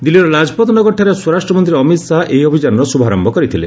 ଦିଲ୍ଲୀର ଲାଜ୍ପତ୍ ନଗରଠାରେ ସ୍ୱରାଷ୍ଟ୍ର ମନ୍ତ୍ରୀ ଅମିତ୍ ଶାହା ଏହି ଅଭିଯାନର ଶୁଭାରମ୍ଭ କରିଥିଲେ